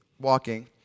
walking